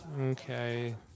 okay